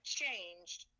changed